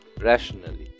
rationally